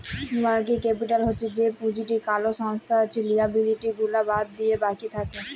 working capital হচ্ছ যে পুঁজিটা কোলো সংস্থার লিয়াবিলিটি গুলা বাদ দিলে বাকি থাক্যে